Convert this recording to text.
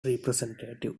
representative